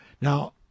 Now